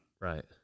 Right